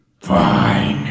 Fine